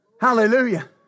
Hallelujah